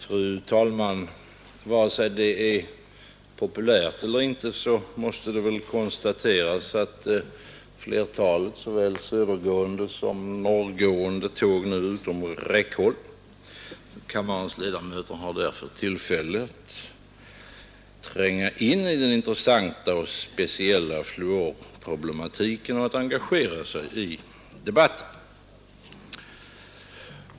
Fru talman! Vare sig det är populärt eller inte måste det väl konstateras att flertalet såväl södergående som norrgående tåg nu är utom räckhåll, och kammarens ledamöter har därför tillfälle att tränga in i den intressanta och speciella fluorproblematiken och engagera sig i debatten.